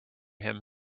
him